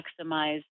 maximize